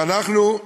ואנחנו,